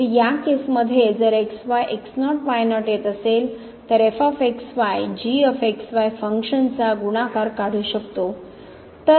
तर या केसमध्ये जर x y x0 y0 येत असेल तर f x y g x y function चा गुणाकार काढू शकतो